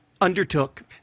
undertook